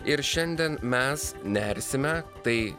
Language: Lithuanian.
ir šiandien mes nersime tai